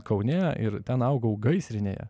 kaune ir ten augau gaisrinėje